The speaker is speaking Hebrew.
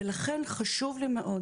ולכן, חשוב לי מאוד